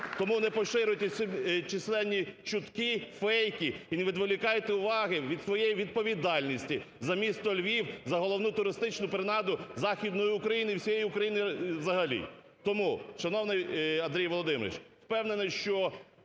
Тому не поширюйте численні чутки, фейки і не відволікайте уваги від своєї відповідальності за місто Львів, за головну туристичну принаду Західної України і всієї України взагалі. Тому, шановний Андрію Володимировичу, впевнений, що